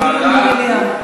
או דיון במליאה?